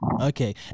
Okay